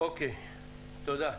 תודה.